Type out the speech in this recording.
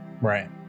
Right